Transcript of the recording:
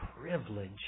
privilege